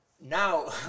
now